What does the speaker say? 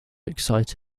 excite